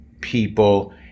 people